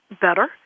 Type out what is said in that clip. better